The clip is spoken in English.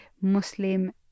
Muslim